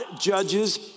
judges